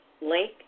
link